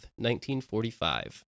1945